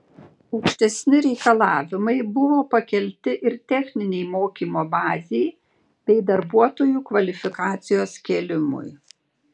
aukštesni reikalavimai buvo pakelti ir techninei mokymo bazei bei darbuotojų kvalifikacijos kėlimui